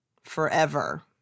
forever